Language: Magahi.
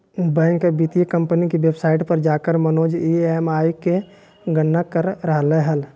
बैंक या वित्तीय कम्पनी के वेबसाइट पर जाकर मनोज ई.एम.आई के गणना कर रहलय हल